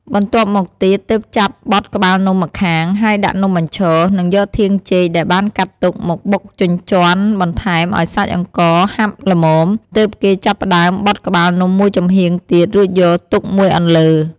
បន្ទាប់មកទៀត ទើបចាប់បត់ក្បាលនំម្ខាង ហើយដាក់នំបញ្ឈរ និងយកធាងចេកដែលបានកាត់ទុក មកបុកជញ្ជាន់បន្ថែមឱ្យសាច់អង្ករហាប់ល្មម ទើបគេចាប់ផ្តើមបត់ក្បាលនំមួយចំហៀងទៀត រួចយកទុកមួយអន្លើ។